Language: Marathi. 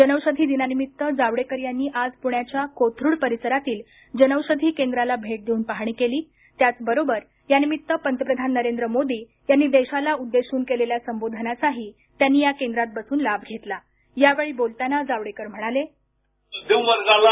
जनौषधी दिनानिमित्त जावडेकर यांनी आज पुण्याच्या कोथरूड परिसरातील जनौषधी केंद्राला भेट देऊन पाहणी केली त्याचबरोबर यानिमित्तानं पंतप्रधान नरेंद्र मोदी यांनी देशाला उद्देशून केलेल्या संबोधनाचाही त्यांनी या केंद्रात बसून लाभ घेतला